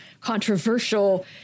controversial